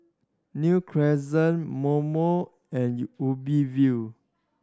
New Crescent MoMo and Ubi View